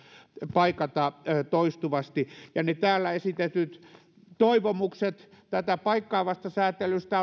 paikata toistuvasti ja ne täällä esitetyt toivomukset tätä paikkaavasta sääntelystä